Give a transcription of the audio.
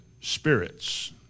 spirits